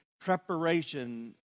preparation